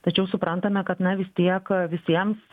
tačiau suprantame kad na vis tiek visiems